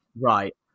Right